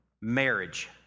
Marriage